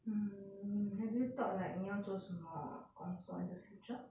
mm have you thought like 你要做什么工作 in the future